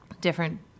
different